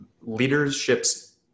leadership's